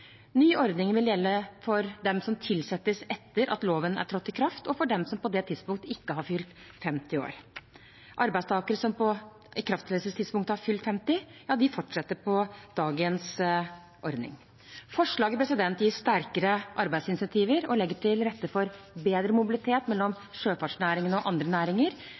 Ny ordning vil gjelde for dem som tilsettes etter at loven er trådt i kraft, og for dem som på det tidspunktet ikke har fylt 50 år. Arbeidstakere som på ikrafttredelsestidspunktet har fylt 50 år, fortsetter på dagens ordning. Forslaget gir sterkere arbeidsinsentiver og legger til rette for bedre mobilitet mellom sjøfartsnæringen og andre næringer.